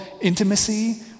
intimacy